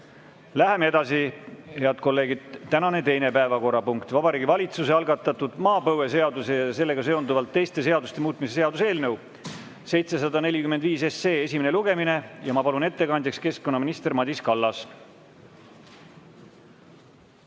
Läheme edasi, head kolleegid. Tänane teine päevakorrapunkt on Vabariigi Valitsuse algatatud maapõueseaduse ja sellega seonduvalt teiste seaduste muutmise seaduse eelnõu 745 esimene lugemine. Ma palun ettekandjaks keskkonnaminister Madis Kallase.